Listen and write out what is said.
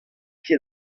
ket